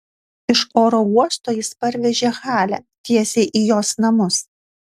iš oro uosto jis parvežė halę tiesiai į jos namus